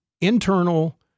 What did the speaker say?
internal